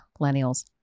millennials